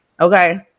okay